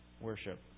worship